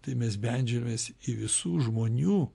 tai mes beldžiamės į visų žmonių